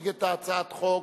הצעת החוק.